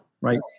Right